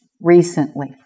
recently